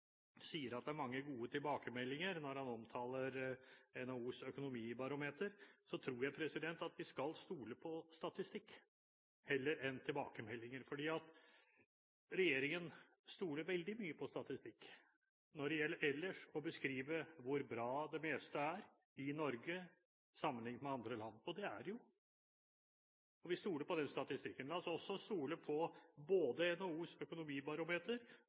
sier at det er mange gode tilbakemeldinger når han omtaler NHOs økonomibarometer, tror jeg at vi skal stole på statistikk heller enn på tilbakemeldinger. Regjeringen stoler veldig mye på statistikk ellers når det gjelder å beskrive hvor bra det meste er i Norge sammenlignet med andre land, og det er det jo. Og vi stoler på den statistikken. La oss også stole på både NHOs økonomibarometer